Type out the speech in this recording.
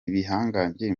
ibihangange